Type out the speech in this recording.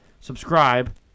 Subscribe